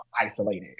isolated